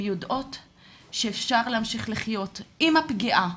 יודעות שאפשר להמשיך לחיות עם הפגיעה,